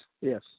yes